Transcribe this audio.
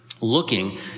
looking